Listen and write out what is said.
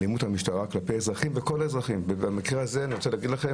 אלימות המשטרה כלפי אזרחים וכל האזרחים ובמקרה הזה אני רוצה להגיד לכם,